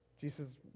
Jesus